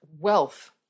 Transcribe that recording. wealth